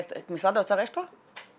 משרד האוצר יש פה נציג?